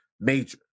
major